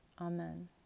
Amen